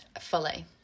Fully